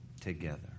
together